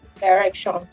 direction